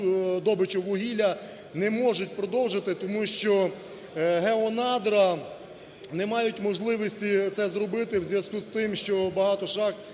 добичу вугілля, не можуть продовжити, тому що Геонадра не мають можливості це зробити у зв'язку з тим, що багато шахт